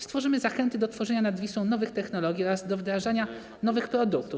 Stworzymy zachęty do tworzenia nad Wisłą nowych technologii oraz do wdrażania nowych produktów.